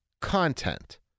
content